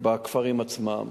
בכפרים עצמם.